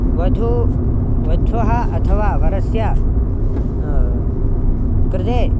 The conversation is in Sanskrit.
वधुः वध्वाः अथवा वरस्य कृते